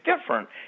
different